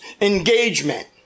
engagement